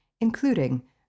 including